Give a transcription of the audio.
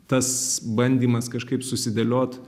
tas bandymas kažkaip susidėliot